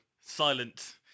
silent